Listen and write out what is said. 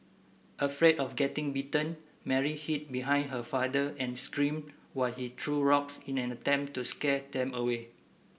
afraid of getting bitten Mary hid behind her father and screamed while he threw rocks in an attempt to scare them away